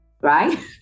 right